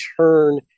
turn